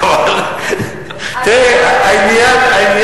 אצלנו גם ביום רביעי המרפאה לא עובדת.